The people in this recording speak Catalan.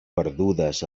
perdudes